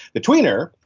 the tweener,